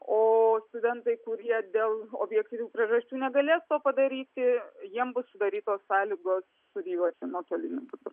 o studentai kurie dėl objektyvių priežasčių negalės to padaryti jiem bus sudarytos sąlygos studijuoti nuotoliniu būdu